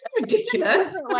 ridiculous